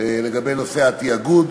בגלל נושא התאגוד.